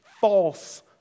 false